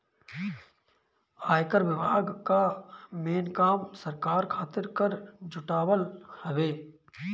आयकर विभाग कअ मेन काम सरकार खातिर कर जुटावल हवे